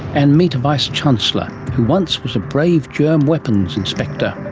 and meet a vice-chancellor who once was a brave germ weapons inspector.